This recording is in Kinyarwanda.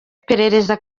iperereza